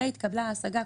והתקבלה ההשגה,